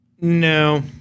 No